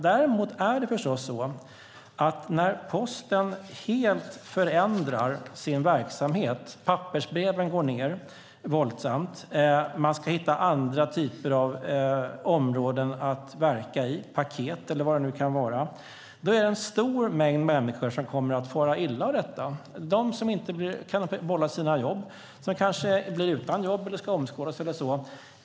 Däremot är det förstås så att när Posten helt förändrar sin verksamhet - antalet pappersbrev går ned våldsamt och man ska hitta andra områden att verka på, paket eller vad det nu kan vara - är det en stor mängd människor som kommer att fara illa, till exempel de som inte kan behålla sina jobb, som kanske blir utan jobb eller ska omskolas.